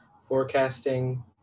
forecasting